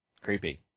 creepy